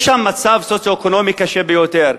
יש שם מצב סוציו-אקונומי קשה ביותר.